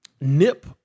Nip